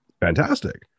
Fantastic